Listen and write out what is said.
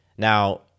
Now